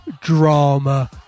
drama